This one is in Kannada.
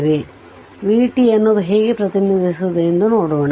v t ನ್ನು ಹೇಗೆ ಪ್ರತಿನಿಧಿಸುವುದು ಎಂದು ನೋಡೋಣ